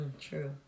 True